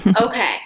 Okay